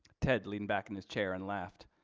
ted leaned back in his chair and laughed.